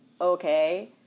okay